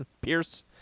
Pierce